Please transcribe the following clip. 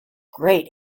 great